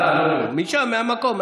משם, מהמקום.